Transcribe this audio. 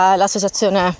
l'associazione